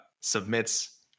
submits